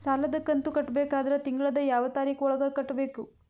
ಸಾಲದ ಕಂತು ಕಟ್ಟಬೇಕಾದರ ತಿಂಗಳದ ಯಾವ ತಾರೀಖ ಒಳಗಾಗಿ ಕಟ್ಟಬೇಕು?